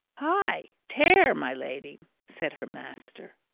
hi! tear, my lady! said her master.